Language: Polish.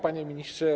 Panie Ministrze!